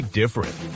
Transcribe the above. different